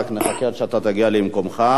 רק נחכה עד שאתה תגיע למקומך.